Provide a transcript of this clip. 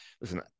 listen